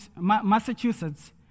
Massachusetts